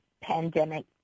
pandemic